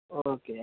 okay